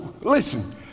Listen